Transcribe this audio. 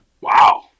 wow